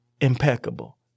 Impeccable